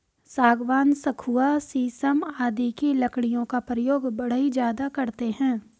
सागवान, सखुआ शीशम आदि की लकड़ियों का प्रयोग बढ़ई ज्यादा करते हैं